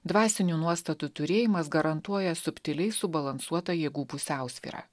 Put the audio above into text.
dvasinių nuostatų turėjimas garantuoja subtiliai subalansuotą jėgų pusiausvyrą